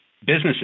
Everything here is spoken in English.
Businesses